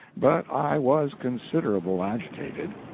but i was considerable agitated.